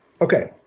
Okay